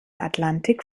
atlantik